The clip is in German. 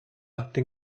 den